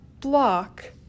block